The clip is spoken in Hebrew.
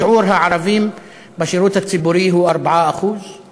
שיעור הערבים בשירות הציבורי היה 4%;